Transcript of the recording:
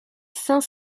cinq